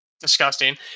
disgusting